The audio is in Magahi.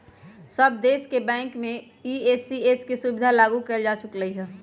सब देश के बैंक में ई.सी.एस के सुविधा लागू कएल जा चुकलई ह